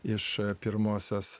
iš pirmosios